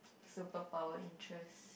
superpower interest